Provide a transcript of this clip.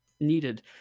needed